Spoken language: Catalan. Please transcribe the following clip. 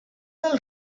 del